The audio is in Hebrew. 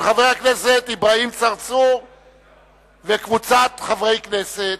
של חבר הכנסת אברהים צרצור וקבוצת חברי כנסת,